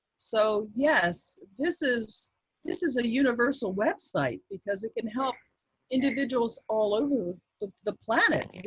so yes, this is this is a universal website, because it can help individuals all over the the planet.